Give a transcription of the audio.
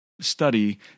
Study